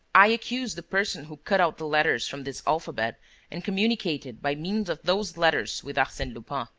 i accuse the person who cut out the letters from this alphabet and communicated, by means of those letters, with arsene lupin.